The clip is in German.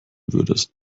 würdest